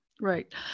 Right